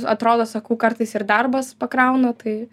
atrodo sakau kartais ir darbas pakrauna tai